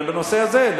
בנושא הזה,